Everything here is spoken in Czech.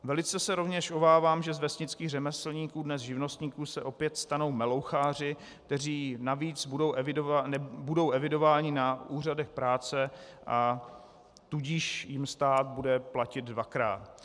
Velice se rovněž obávám, že z vesnických řemeslníků, dnes živnostníků, se opět stanou meloucháři, kteří navíc budou evidováni na úřadech práce, a tudíž jim stát bude platit dvakrát.